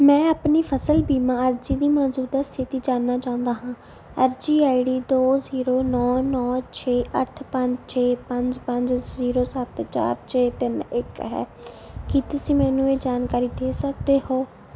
ਮੈਂ ਆਪਣੀ ਫਸਲ ਬੀਮਾ ਅਰਜ਼ੀ ਦੀ ਮੌਜੂਦਾ ਸਥਿਤੀ ਜਾਣਨਾ ਚਾਹੁੰਦਾ ਹਾਂ ਅਰਜ਼ੀ ਆਈ ਡੀ ਦੋ ਜ਼ੀਰੋ ਨੌਂ ਨੌਂ ਛੇ ਅੱਠ ਪੰਜ ਛੇ ਪੰਜ ਪੰਜ ਜ਼ੀਰੋ ਸੱਤ ਚਾਰ ਛੇ ਤਿੰਨ ਇੱਕ ਹੈ ਕੀ ਤੁਸੀਂ ਮੈਨੂੰ ਇਹ ਜਾਣਕਾਰੀ ਦੇ ਸਕਦੇ ਹੋ